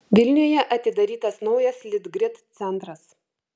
vilniuje atidarytas naujas litgrid centras